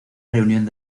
reunión